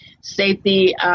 safety